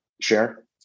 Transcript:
share